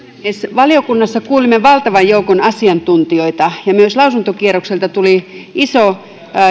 valiokunnassa kuulimme valtavan joukon asiantuntijoita ja myös lausuntokierrokselta tuli iso